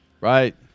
Right